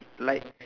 like